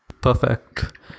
Perfect